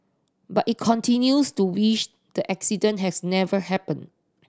but he continues to wish the accident had never happened